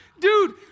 Dude